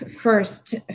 first